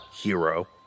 Hero